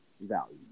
value